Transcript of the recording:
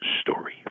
story